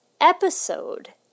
episode